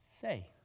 Say